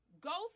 Ghost